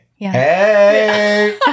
Hey